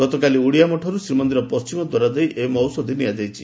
ଗତକାଲି ଓଡ଼ିଆ ମଠରୁ ଶ୍ରୀମନ୍ଦିର ପଣ୍କିମ ଦ୍ୱାର ଦେଇ ଏହି ମହୋଷଧି ନିଆଯାଇଛି